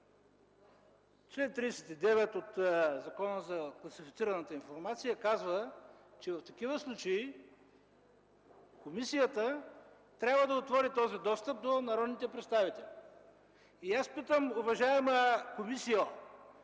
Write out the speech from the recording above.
Член 39 от Закона за класифицираната информация казва, че в такива случаи комисията трябва да отвори този достъп до народните представители. Аз питам, уважаема комисийо: